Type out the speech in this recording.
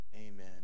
amen